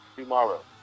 tomorrow